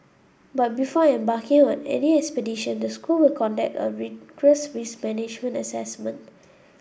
but before embarking on any expedition the school will conduct a rigorous risk management assessment